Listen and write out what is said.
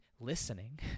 listening